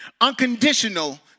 unconditional